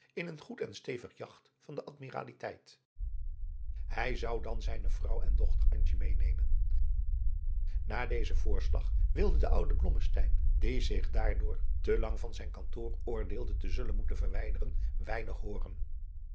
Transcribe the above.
in een goed en stevig jagt van de admiraliteit hij zou dan zijne vrouw en dochter antje meênemen naar dezen voorslag wilde de oude blommesteyn die zich daardoor te lang van zijn kantoor oordeelde te zullen moeten verwijderen weinig hooren